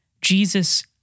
Jesus